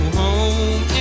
home